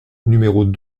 numéros